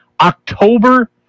October